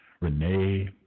Renee